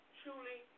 truly